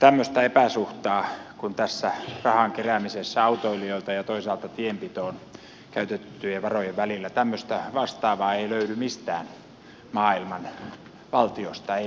elikkä vastaavaa epäsuhtaa kuin tässä autoilijoilta kerättyjen rahojen ja toisaalta tienpitoon käytettyjen varojen välillä ei löydy mistään maailman valtioista ei länsimaista